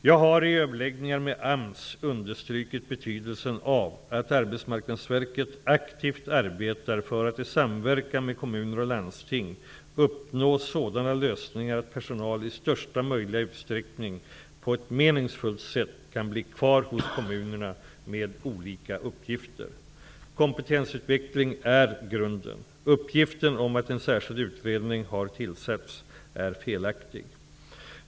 Jag har i överläggningar med AMS understrukit betydelsen av att Arbetsmarknadsverket aktivt arbetar för att i samverkan med kommuner och landsting uppnå sådana lösningar att personal i största möjliga utsträckning på ett meningsfullt sätt kan bli kvar hos kommunerna med olika uppgifter. Kompetensutveckling är grunden. Uppgiften om att en särskild utredning har tillsatts är felaktig.